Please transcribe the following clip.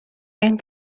این